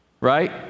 Right